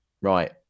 right